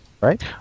right